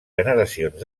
generacions